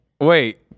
Wait